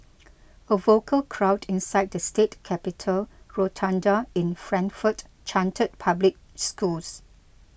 a vocal crowd inside the state capitol rotunda in Frankfort chanted public schools